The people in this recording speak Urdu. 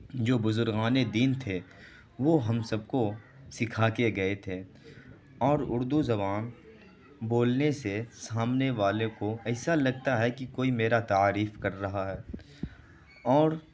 جو بزرگان دین تھے وہ ہم سب کو سکھا کے گئے تھے اور اردو زبان بولنے سے سامنے والے کو ایسا لگتا ہے کہ کوئی میرا تعریف کر رہا ہے اور